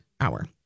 hour